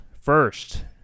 First